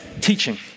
teaching